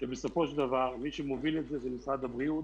שבסופו של דבר מי שמוביל את זה זה משרד הבריאות